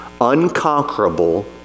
unconquerable